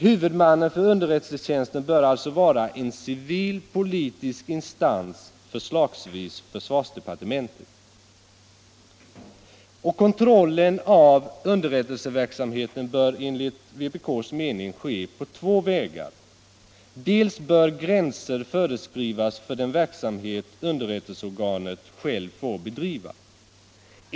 Huvudmannen för underrättelsetjänsten bör alltså vara en civil politisk instans, förslagsvis försvarsdepartementet. Kontrollen av underrättelseverksamheten bör enligt vpk:s mening ske på två vägar. Gränser bör föreskrivas för den verksamhet underrättelseorganet självt får bedriva.